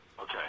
Okay